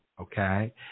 Okay